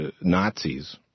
Nazis